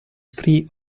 free